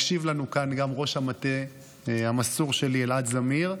מקשיב לנו כאן גם ראש המטה המסור שלי אלעד זמיר,